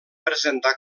presentar